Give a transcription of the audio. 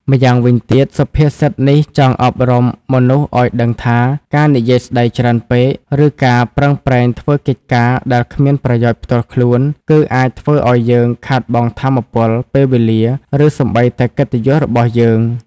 ម្យ៉ាងវិញទៀតសុភាសិតនេះចង់អប់រំមនុស្សឱ្យដឹងថា ការនិយាយស្ដីច្រើនពេក ឬការប្រឹងប្រែងធ្វើកិច្ចការដែលគ្មានប្រយោជន៍ផ្ទាល់ខ្លួន គឺអាចធ្វើឲ្យយើងខាតបង់ថាមពល ពេលវេលា ឬសូម្បីតែកិត្តិយសរបស់យើង។